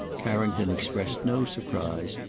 carrington expressed no surprise,